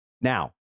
Now